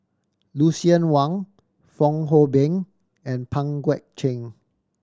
Lucien Wang Fong Hoe Beng and Pang Guek Cheng